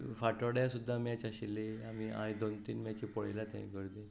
फातोड्ड्यां सुद्दां मॅच आशिल्लें आनी हांवें दोन तीन मॅची पळयल्यात थंय गर्देंत